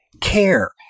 care